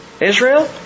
Israel